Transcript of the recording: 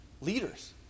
leaders